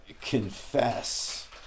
confess